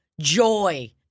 joy